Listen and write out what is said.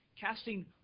casting